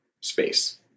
space